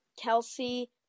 Kelsey